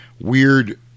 weird